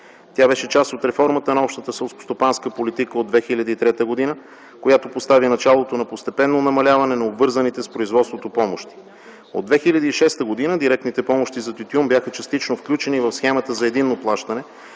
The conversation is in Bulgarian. Тя беше част от реформата на общата селскостопанска политика от 2003 г., която поставя началото на постепенно намаляване на обвързаните с производството помощи. От 2006 г. директните помощи за тютюн бяха частично включени в схемата за единно плащане